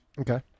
Okay